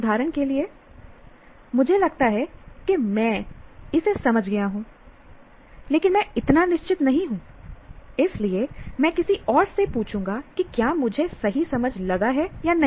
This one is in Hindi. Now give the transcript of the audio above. उदाहरण के लिए मुझे लगता है कि मैं इसे समझ गया हूं लेकिन मैं इतना निश्चित नहीं हूं इसलिए मैं किसी और से पूछूंगा कि क्या मुझे सही समझ लगा है या नहीं